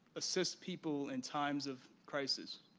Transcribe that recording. assist people in times of crisis.